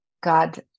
god